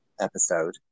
episode